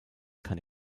keine